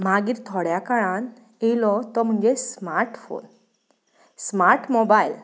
मागीर थोड्या काळान एयलो तो म्हणजे स्मार्ट फोन स्मार्ट मोबायल